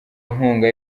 inkunga